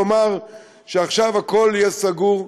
לומר שעכשיו הכול יהיה סגור,